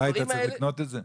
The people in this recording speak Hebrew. אתה היית צריך לקנות את זה?